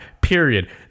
Period